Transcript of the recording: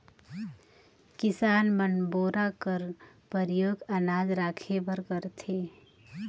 किसान मन बोरा कर परियोग अनाज राखे बर करथे